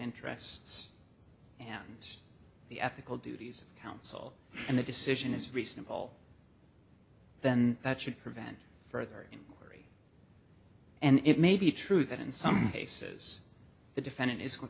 interests and the ethical duties of counsel and the decision is recent poll then that should prevent further inquiry and it may be true that in some cases the defendant is